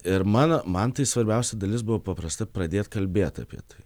ir mano man tai svarbiausia dalis buvo paprasta pradėt kalbėt apie tai